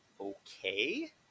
okay